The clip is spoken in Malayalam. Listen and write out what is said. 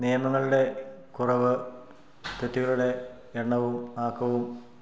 നിയമങ്ങളുടെ കുറവ് തെറ്റുകളുടെ എണ്ണവും ആക്കവും